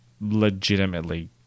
legitimately